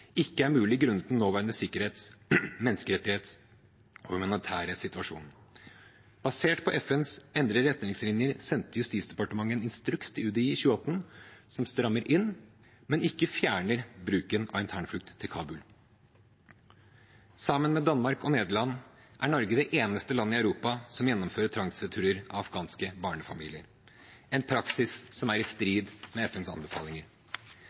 ikke er mulig grunnet den nåværende sikkerhets-, menneskerettighets- og humanitære situasjonen. Basert på FNs endrede retningslinjer sendte Justisdepartementet en instruks til UDI i 2018 som strammer inn, men ikke fjerner bruken av internflukt til Kabul. Sammen med Danmark og Nederland er Norge det eneste landet i Europa som gjennomfører tvangsreturer av afghanske barnefamilier – en praksis som er i strid med FNs anbefalinger.